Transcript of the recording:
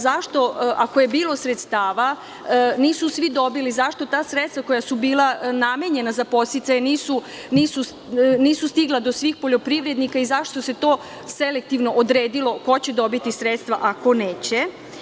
Zašto ako je bilo sredstava nisu svi dobili, zašto ta sredstva koja su bila namenjena za podsticaje nisu stigla do svih poljoprivrednika i zašto se to selektivno odredilo ko će dobiti sredstva, a ko neće?